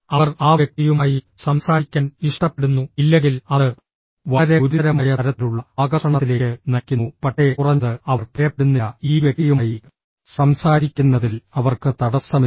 അവർ ആ വ്യക്തിയുമായി സംസാരിക്കാൻ ഇഷ്ടപ്പെടുന്നു ഇല്ലെങ്കിൽ അത് വളരെ ഗുരുതരമായ തരത്തിലുള്ള ആകർഷണത്തിലേക്ക് നയിക്കുന്നു പക്ഷേ കുറഞ്ഞത് അവർ ഭയപ്പെടുന്നില്ല ഈ വ്യക്തിയുമായി സംസാരിക്കുന്നതിൽ അവർക്ക് തടസ്സമില്ല